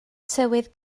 tywydd